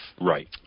Right